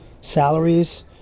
salaries